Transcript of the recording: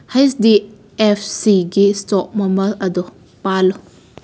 ꯍꯩꯁ D F ꯁꯤꯒꯤ stock ꯃꯃꯜ ꯑꯗꯣ ꯄꯥꯜꯂꯨ